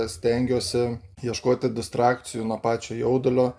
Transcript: stengiuosi ieškoti distrakcijų nuo pačio jaudulio